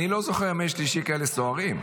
אני לא זוכר ימי שלישי כאלה סוערים.